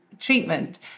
treatment